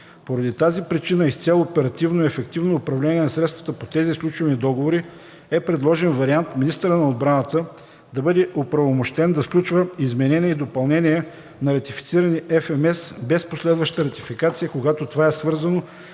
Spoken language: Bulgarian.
Поради тази причина и с цел оперативно и ефективно управление на средствата по тези сключени договори е предложен вариант министърът на отбраната да бъде оправомощен да сключва изменения и допълнения на ратифицирани FMS без последваща ратификация, когато това е свързано